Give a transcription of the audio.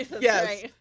Yes